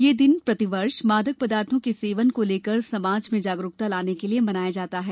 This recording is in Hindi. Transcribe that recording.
यह दिन प्रतिवर्ष मादक पदार्थो के सेवन को लेकर समाज में जागरूकता लाने के लिए मनाया जाता है